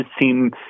seem